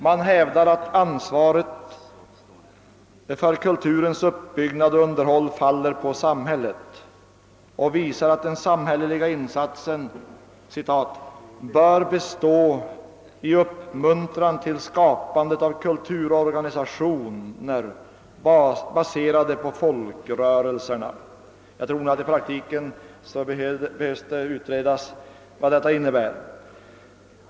Man hävdar att ansvaret för kulturens uppbyggnad och underhåll faller på samhället och visar att den samhälleliga insatsen »bör bestå i uppmuntran till skapandet av kulturorganisationer, baserade på folkrörelserna». I praktiken behöver det nog utredas vad detta innebär.